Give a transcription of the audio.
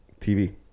TV